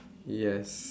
yes